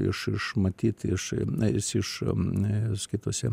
iš iš matyt iš na jis iš skaitosi